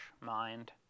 mind